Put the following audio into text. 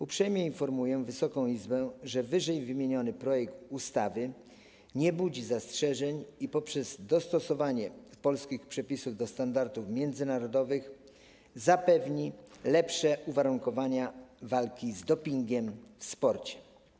Uprzejmie informuję Wysoką Izbę, że ww. projekt ustawy nie budzi zastrzeżeń i poprzez dostosowanie polskich przepisów do standardów międzynarodowych zapewni lepsze uwarunkowania walki z dopingiem w sporcie.